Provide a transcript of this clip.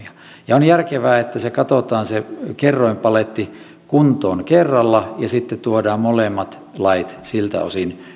ja on järkevää että katsotaan se kerroinpaletti kuntoon kerralla ja sitten tuodaan molemmat lait siltä osin